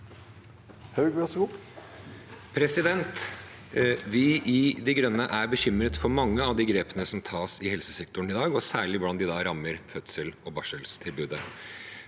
Vi i De Grønne er bekymret for mange av de grepene som tas i helsesektoren i dag, og særlig hvordan de rammer fødsels- og barseltilbudet.